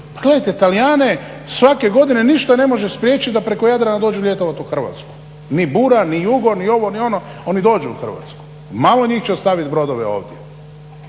gledajte Talijane svake godine ništa ne može spriječit da preko Jadrana dođu ljetovat u Hrvatsku, ni bura ni jugo ni ovo ni ono, oni dođu u Hrvatsku. Malo njih će ostavit brodove ovdje.